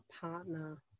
partner